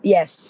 Yes